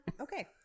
Okay